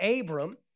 Abram